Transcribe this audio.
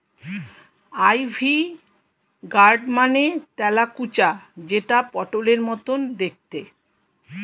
ivy gourd মানে তেলাকুচা যেটা পটলের মতো দেখতে